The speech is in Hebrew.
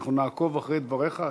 אנחנו נעקוב אחרי דבריך.